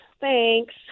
Thanks